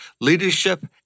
Leadership